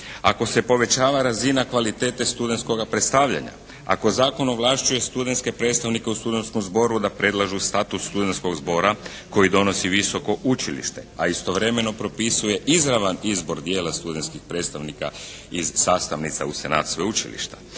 ako se povećava razina kvalitete studentskoga predstavljanja, ako zakon ovlašćuje studentske predstavnike u studentskom zboru da predlažu status studentskog zbora koji donosi visoko učilište, a istovremeno propisuje izravan izbor dijela studentskih predstavnika iz sastavnica u senat sveučilišta,